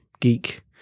geek